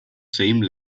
same